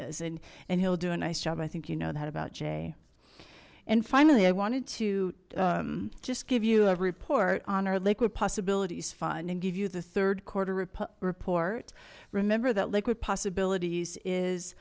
is and and he'll do a nice job i think you know that about jay and finally i wanted to just give you a report on our liquid possibilities fund and give you the third quarter report remember that liquid possibilities is